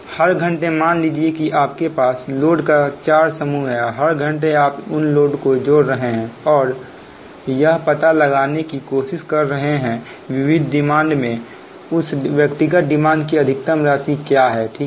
हर घंटे मान लीजिए कि आपके पास लोड का 4 समूह है हर घंटे आप उन लोड को जोड़ रहे हैं और यह पता लगाने की कोशिश कर रहे हैं विविध डिमांड में से उस व्यक्तिगत डिमांड की अधिकतम राशि क्या हैठीक है